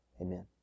Amen